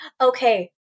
okay